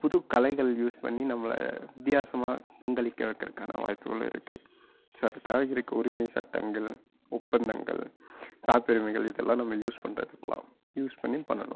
புது கலைகள் யூஸ் பண்ணி நம்மளை வித்தியாசமாக பங்களிக்க வைக்கிறதுக்கான வாய்ப்புகளும் இருக்குது ஸோ அதுக்காக இருக்கற உரிமைச் சட்டங்கள் ஒப்பந்தங்கள் காப்புரிமைகள் இதலாம் நம்ம யூஸ் பண்றதுக்குலாம் யூஸ் பண்ணி பண்ணணும்